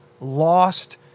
lost